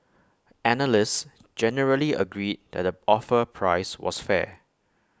analysts generally agreed that the offer price was fair